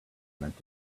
meant